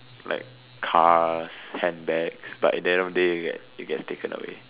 like cars handbags but in the end of the day it gets taken away